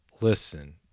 Listen